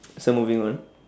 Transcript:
so moving on